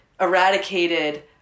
eradicated